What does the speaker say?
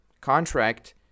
contract